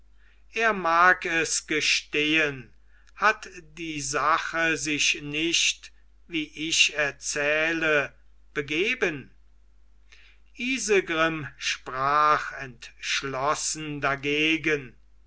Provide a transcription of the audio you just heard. er mag es gestehen hat die sache sich nicht wie ich erzähle begeben isegrim sprach entschlossen dagegen